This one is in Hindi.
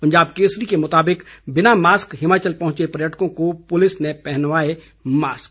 पंजाब केसरी के मुताबिक बिना मास्क हिमाचल पहुंचे पर्यटकों को पुलिस ने पहनवाए मास्क